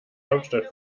hauptstadt